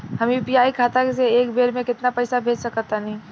हम यू.पी.आई खाता से एक बेर म केतना पइसा भेज सकऽ तानि?